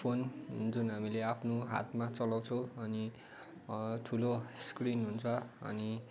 phone जुन हामीले आफ्नो हातमा चलाउँछौँ अनि ठुलो स्क्रिन हुन्छ अनि